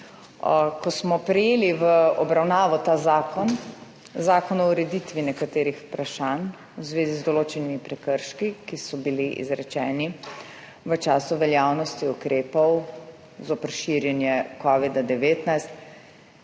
Ko smo prejeli v obravnavo ta zakon, zakon o ureditvi nekaterih vprašanj v zvezi z določenimi prekrški, ki so bili izrečeni v času veljavnosti ukrepov zoper širjenje covida-19,